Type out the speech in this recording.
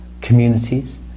communities